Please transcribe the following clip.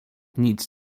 nic